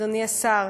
אדוני השר.